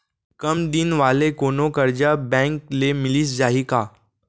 कम दिन वाले कोनो करजा बैंक ले मिलिस जाही का?